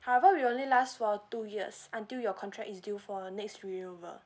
however will only last for two years until your contract is due for the next renewal